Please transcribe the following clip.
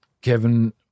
Kevin –